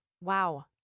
Wow